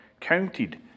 counted